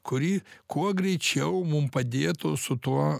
kuri kuo greičiau mum padėtų su tuo